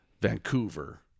Vancouver